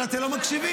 אתם לא מקשיבים.